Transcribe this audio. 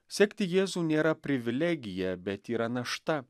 sekti jėzų nėra privilegija bet yra našta